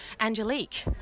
angelique